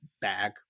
bag